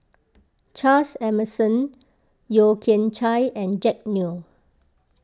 Charles Emmerson Yeo Kian Chai and Jack Neo